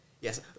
Yes